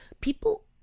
people